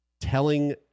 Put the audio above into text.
telling